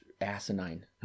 asinine